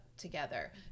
together